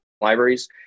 libraries